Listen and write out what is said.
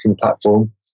platform